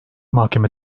mahkeme